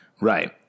Right